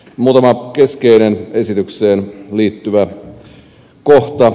muutama keskeinen esitykseen liittyvä kohta